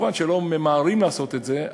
מובן שלא ממהרים לעשות את זה,